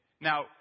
Now